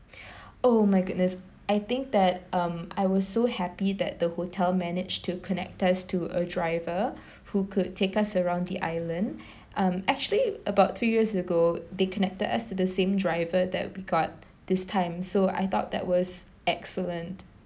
oh my goodness I think that um I was so happy that the hotel managed to connect us to a driver who could take us around the island um actually about three years ago they connected as the same driver that we got this time so I thought that was excellent